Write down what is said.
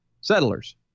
Settlers